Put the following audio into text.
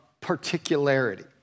particularity